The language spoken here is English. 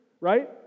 right